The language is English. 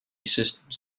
systems